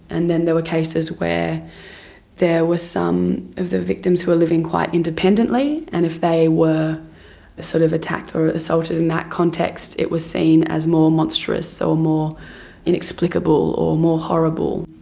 and then there were cases where there were some of the victims who were living quite independently and if they were sort of attacked or assaulted in that context it was seen as more monstrous or more inexplicable or more horrible.